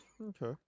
Okay